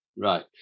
Right